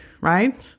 right